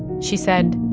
she said,